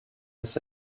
his